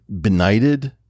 benighted